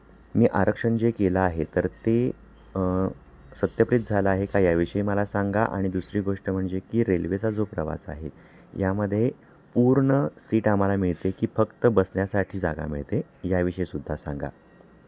मी आरक्षण जे केलं आहे तर ते सत्यप्रित झालं आहे का याविषयी मला सांगा आणि दुसरी गोष्ट म्हणजे की रेल्वेचा जो प्रवास आहे यामध्ये पूर्ण सीट आम्हाला मिळते की फक्त बसण्यासाठी जागा मिळते याविषयीसुद्धा सांगा